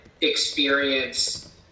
experience